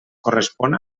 correspon